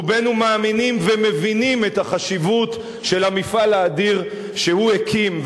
רובנו מאמינים ומבינים את החשיבות של המפעל האדיר שהוא הקים.